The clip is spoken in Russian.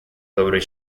добрый